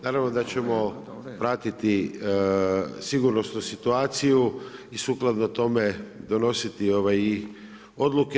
Naravno da ćemo pratiti sigurnosnu situaciju i sukladno tome donositi i odluke.